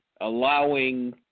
Allowing